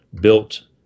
built